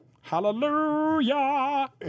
Hallelujah